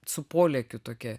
su polėkiu tokia